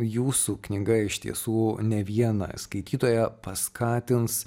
jūsų knyga iš tiesų ne vieną skaitytoją paskatins